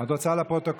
את רוצה לפרוטוקול?